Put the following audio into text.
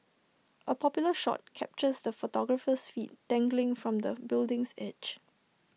A popular shot captures the photographer's feet dangling from the building's edge